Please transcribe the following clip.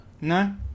No